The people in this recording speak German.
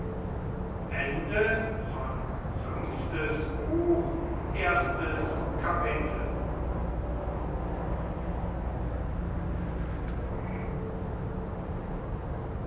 fünftes buch erstes kapitel